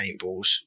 paintballs